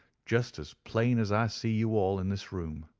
just as plain as i see you all in this room.